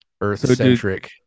earth-centric